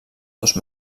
dos